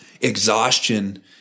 exhaustion